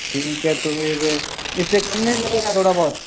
ठीक है तो फिर इससे कम नहीं लगेगा थोड़ा बहुत